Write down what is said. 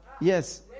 Yes